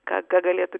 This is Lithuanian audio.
ką ką galėtų